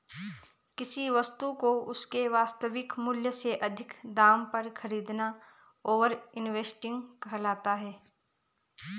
किसी वस्तु को उसके वास्तविक मूल्य से अधिक दाम पर खरीदना ओवर इन्वेस्टिंग कहलाता है